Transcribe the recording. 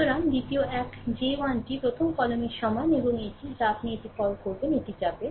সুতরাং দ্বিতীয় এক j 1 টি প্রথম কলামের সমান এবং এটি যা আপনি এটি কল করবেন এটি যাবে